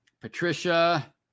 Patricia